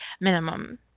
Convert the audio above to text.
minimum